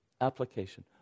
application